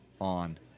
on